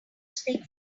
speak